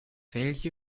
welche